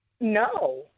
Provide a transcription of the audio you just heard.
No